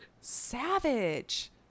Savage